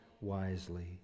wisely